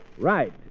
Right